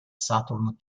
saturn